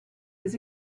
his